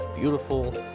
beautiful